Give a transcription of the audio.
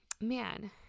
man